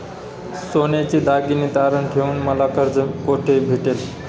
सोन्याचे दागिने तारण ठेवून मला कर्ज कुठे भेटेल?